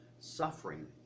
suffering